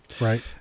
Right